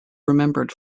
remembered